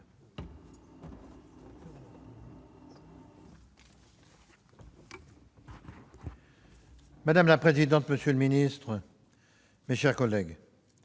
Madame la présidente, monsieur le ministre, mes chers collègues,